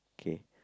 K